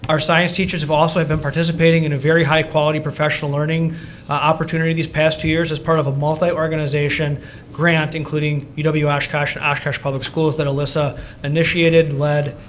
our science teachers have also been participating in a very high quality professional learning opportunity this past two years as part of a multi-organization grant including you know but uw oshkosh and oshkosh public schools that alyssa initiated, led,